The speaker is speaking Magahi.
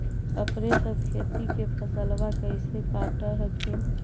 अपने सब खेती के फसलबा कैसे काट हखिन?